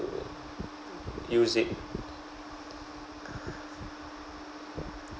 use it